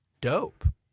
Dope